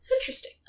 Interesting